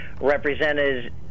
represented